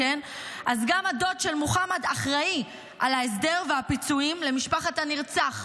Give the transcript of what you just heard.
אז גם הדוד של מוחמד אחראי להסדר ולפיצויים למשפחת הנרצח,